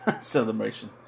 Celebration